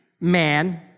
man